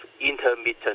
intermittent